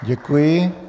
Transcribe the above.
Děkuji.